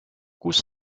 kust